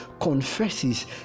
confesses